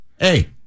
hey